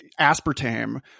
aspartame